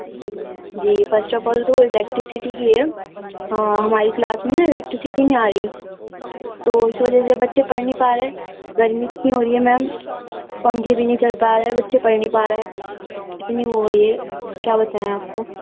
جی جی first of all تو electricity کی ہے ہماری کلاس میں نا الیکٹرسٹی نہیں آ رہی تو اس وجہ سے بچے پڑھ نہیں پا رہے ہیں گرمی اتنی ہو رہی ہے میم پنکھے بھی نہیں چل پا رہے ہیں بچے پڑھ نہیں پا رہے ہیں اتنی وہ ہو رہی ہے کیا بتائیں آپ کو